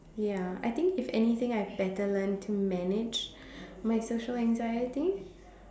ya I think if anything I've better learnt to manage my social anxiety